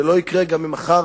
זה לא יקרה גם אם מחר